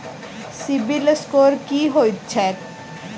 CIBIL score की होइत छैक?